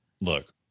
look